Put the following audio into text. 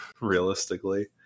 realistically